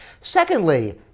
Secondly